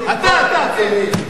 אתה אויב.